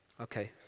Okay